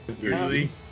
Usually